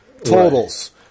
totals